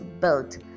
built